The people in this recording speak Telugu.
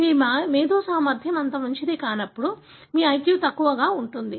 మీ మేధో సామర్థ్యం అంత మంచిది కానప్పుడు మీ IQ తక్కువగా ఉంటుంది